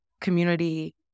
community